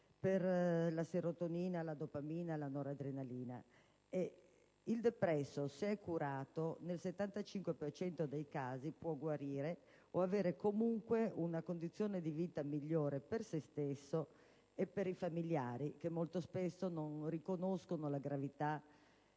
per la serotonina, la dopamina e la noradrenalina. Il depresso, se curato, nel 75 per cento dei casi può guarire o avere comunque una condizione di vita migliore per se stesso e per i familiari, che spesso non riconoscono la gravità